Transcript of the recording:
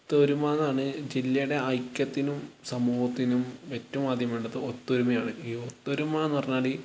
ഒത്തൊരുമ എന്നതാണ് ജില്ലയുടെ ഐക്യത്തിനും സമൂഹത്തിനും ഏറ്റവും ആദ്യം വേണ്ടത് ഒത്തൊരുമയാണ് ഈ ഒത്തൊരുമ എന്ന് പറഞ്ഞാല്